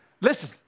listen